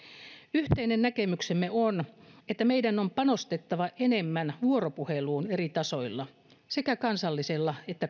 yhteinen näkemyksemme on että meidän on panostettava enemmän vuoropuheluun eri tasoilla sekä kansallisella että